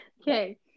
Okay